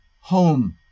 home